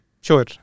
Sure